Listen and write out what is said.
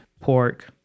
pork